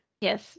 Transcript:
Yes